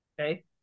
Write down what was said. Okay